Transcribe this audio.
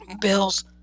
Bills